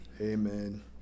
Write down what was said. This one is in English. amen